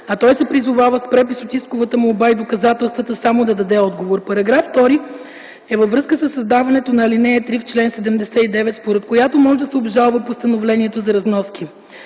а той се призовава с препис от исковата молба и доказателствата само да даде отговор. Параграф 2 е във връзка със създаването на ал. 3 в чл. 79, според която може да се обжалва постановлението за разноски.